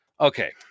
Okay